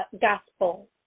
gospel